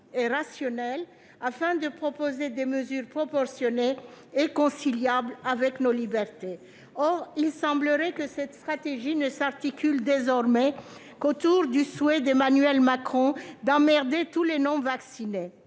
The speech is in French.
et rationnelle afin de proposer des mesures proportionnées et conciliables avec nos libertés. Or il semblerait que cette stratégie ne s'articule désormais qu'autour du souhait d'Emmanuel Macron d'« emmerder » tous les non-vaccinés,